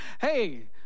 Hey